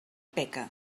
peca